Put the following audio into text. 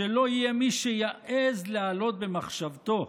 שלא יהיה מי שיעז להעלות במחשבתו,